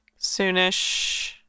Soonish